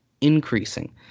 increasing